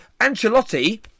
Ancelotti